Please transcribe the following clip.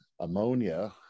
ammonia